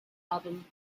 album